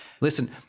listen